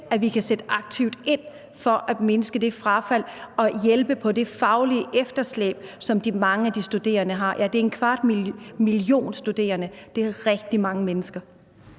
at vi kan sætte aktivt ind for at mindske det frafald og hjælpe i forhold til det faglige efterslæb, som mange af de studerende har. Det er en kvart million studerende – det er rigtig mange mennesker.